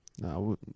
No